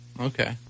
Okay